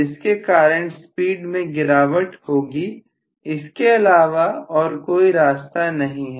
जिसके कारण स्पीड में गिरावट होगी इसके अलावा और कोई रास्ता नहीं है